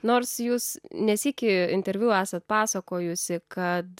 nors jūs ne sykį interviu esat pasakojusi kad